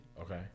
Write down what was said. okay